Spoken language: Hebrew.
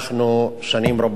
אנחנו שנים רבות